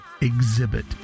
exhibit